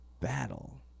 battle